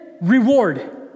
reward